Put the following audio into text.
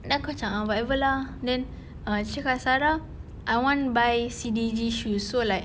then aku macam ah whatever lah then err dia cakap dengan sarah I want to buy C_D_G shoes so like